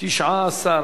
7 נתקבלו.